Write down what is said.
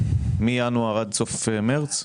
מינואר עד סוף מרץ?